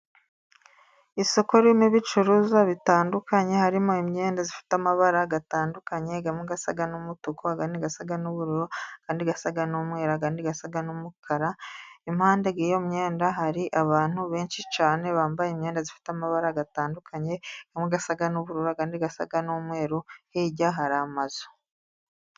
Isoko ririmo ibicuruzwa bitandukanye, harimo imyenda ifite amabara atandukanye, imwe isa n'umutuku, iyindi isa n'ubururu, iyindi isa n'umweru, iyindi isa n'umukara. Iruhande rw'iyo myenda hari abantu benshi cyane bambaye imyenda ifite amabara atandukanye, imwe isa n'ubururu, iyindi isa n'umweru, hirya hari amazu.